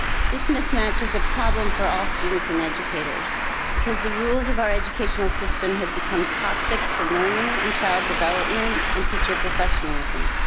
this mismatch is a problem for all students and educators because the rules of our educational system have become toxic to learning and child development and teacher professionalism.